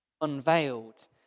unveiled